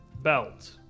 belt